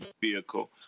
vehicle